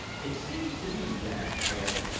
it seems to me, jack, i added,